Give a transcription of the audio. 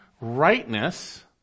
rightness